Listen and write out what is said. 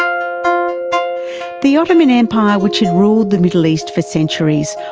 ah the ottoman empire, which had ruled the middle east for centuries,